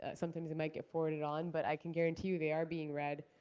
ah sometimes it might get forwarded on, but i can guarantee you they are being read.